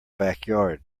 backyard